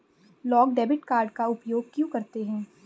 लोग debit card का उपयोग क्यों करते हैं?